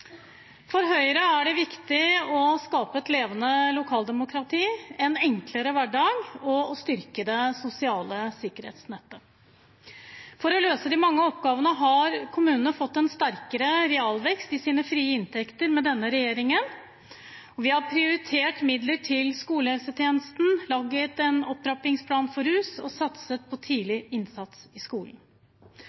For Høyre er det viktig å skape et levende lokaldemokrati, en enklere hverdag og å styrke det sosiale sikkerhetsnettet. For å løse de mange oppgavene har kommunene fått en sterkere realvekst i sine frie inntekter med denne regjeringen. Vi har prioritert midler til skolehelsetjenesten, laget en opptrappingsplan mot rus og satset på tidlig innsats i skolen.